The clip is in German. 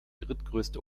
drittgrößte